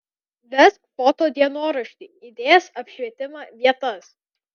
vesk foto dienoraštį idėjas apšvietimą vietas